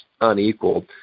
unequaled